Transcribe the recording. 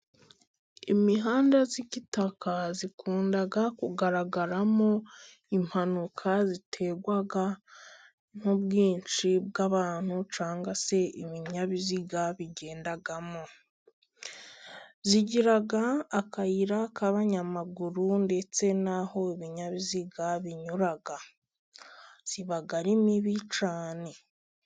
Imihanda y'igitaka ikunda kugaragaramo impanuka, ziterwa n'ubwinshi bw'abantu cyangwa se ibinyabiziga bigendamo, igira akayira k'abanyamaguru ndetse n'aho ibinyabiziga binyura iba ari mibi cyane.